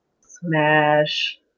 Smash